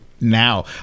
now